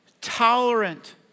tolerant